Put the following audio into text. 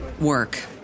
work